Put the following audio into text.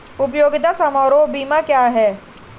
उपयोगिता समारोह बीमा क्या है?